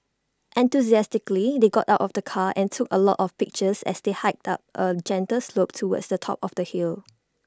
enthusiastically they got out of the car and took A lot of pictures as they hiked up A gentle slope towards the top of the hill